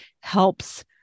helps